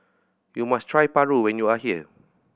you must try paru when you are here